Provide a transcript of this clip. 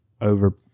over